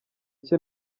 cye